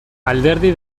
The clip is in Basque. alderdi